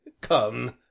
come